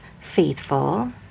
faithful